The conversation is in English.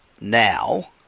now